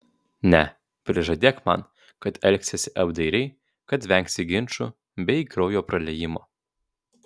ne prižadėk man kad elgsiesi apdairiai kad vengsi ginčų bei kraujo praliejimo